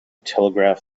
telegraph